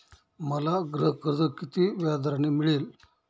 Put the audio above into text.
मला गृहकर्ज किती व्याजदराने मिळेल?